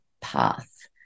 path